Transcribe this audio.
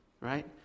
right